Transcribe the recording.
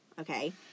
Okay